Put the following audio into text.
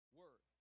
word